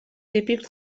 típics